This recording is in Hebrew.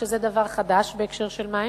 שזה דבר חדש בהקשר של מים,